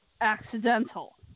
accidental